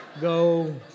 Go